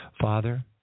Father